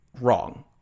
wrong